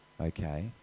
okay